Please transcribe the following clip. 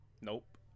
Nope